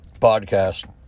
podcast